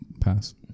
pass